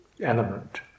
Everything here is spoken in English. element